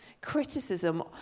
Criticism